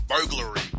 burglary